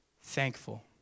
thankful